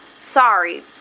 Sorry